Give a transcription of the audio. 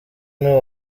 nibo